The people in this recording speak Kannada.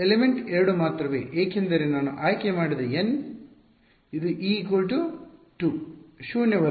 ಎಲಿಮೆಂಟ್ 2 ಮಾತ್ರ ವೇ ಏಕೆಂದರೆ ನಾನು ಆಯ್ಕೆ ಮಾಡಿದ N ಇದು e2 ಶೂನ್ಯವಲ್ಲ